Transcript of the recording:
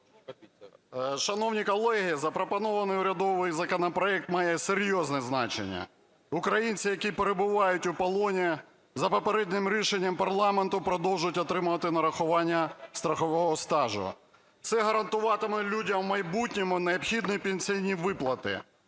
Шановні колеги, запропонований урядовий законопроект має серйозне значення. Українці, які перебувають у полоні, за попереднім рішенням парламенту продовжують отримувати нарахування страхового стажу. Це гарантуватиме людям у майбутньому необхідні пенсійні виплати.